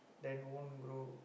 then won't grow